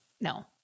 no